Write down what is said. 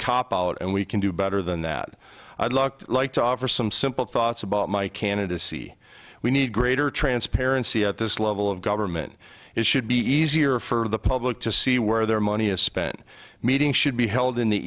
cop out and we can do better than that i looked like to offer some simple thoughts about my candidacy we need greater transparency at this level of government it should be easier for the public to see where their money is spent meeting should be held in the